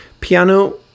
piano